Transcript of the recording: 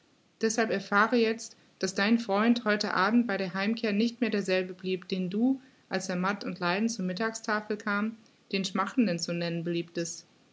deßhalb erfahre jetzt daß dein freund heute abend bei der heimkehr nicht mehr derselbe blieb den du als er matt und leidend zur mittagstafel kam den schmachtenden zu nennen beliebtest